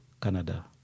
Canada